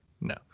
No